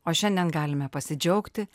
o šiandien galime pasidžiaugti